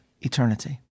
eternity